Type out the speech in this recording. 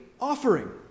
offering